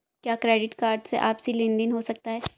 क्या credit card से आपसी लेनदेन हो सकता है?